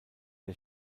der